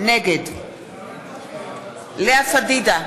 נגד לאה פדידה,